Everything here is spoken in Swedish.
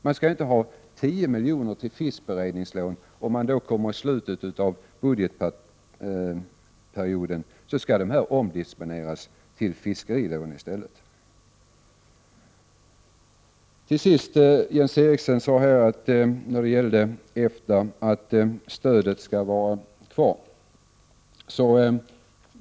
Man skall inte ha 10 milj.kr. disponibla för fiskberedningslån i slutet av budgetperioden. Då skall dessa medel i stället omdisponeras till fiskerilån. Jens Eriksson sade att när det gäller EFTA bör stödet vara kvar.